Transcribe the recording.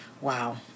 wow